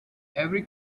every